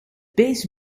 beest